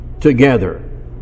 together